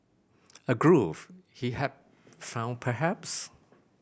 a groove he had found perhaps